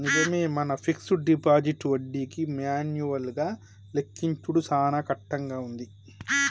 నిజమే మన fixed deposit వడ్డీకి మాన్యువల్ గా లెక్కించుడు సాన కట్టంగా ఉంది